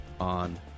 on